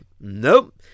Nope